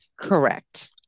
Correct